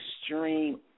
extreme